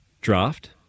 draft